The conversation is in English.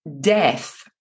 death